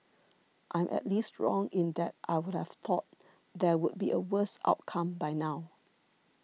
I am at least wrong in that I would've thought there would be a worse outcome by now